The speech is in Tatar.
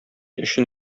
өчен